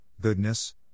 goodness